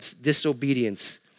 disobedience